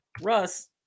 Russ